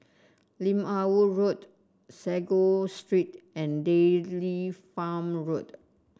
Lim Ah Woo Road Sago Street and Dairy Farm Road